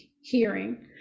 hearing